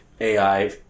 AI